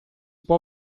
può